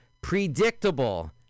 predictable